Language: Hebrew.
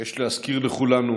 אבקש להזכיר לכולנו,